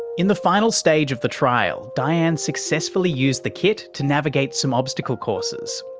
in the final stage of the trial, dianne successfully used the kit to navigate some obstacle courses,